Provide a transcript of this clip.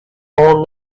own